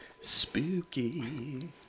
Spooky